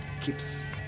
keeps